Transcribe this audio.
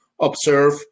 observe